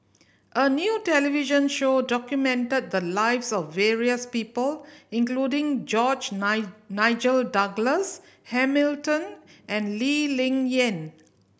a new television show documented the lives of various people including George Nine Nigel Douglas Hamilton and Lee Ling Yen